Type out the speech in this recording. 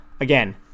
again